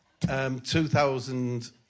2000